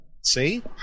See